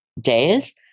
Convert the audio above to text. days